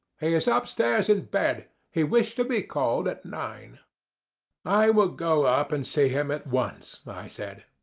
he is ah upstairs in bed. he wished to be called at nine i will go up and see him at once i said.